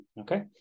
okay